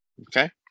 Okay